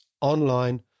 online